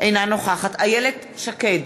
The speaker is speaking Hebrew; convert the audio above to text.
אינה נוכחת איילת שקד,